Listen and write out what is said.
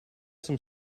some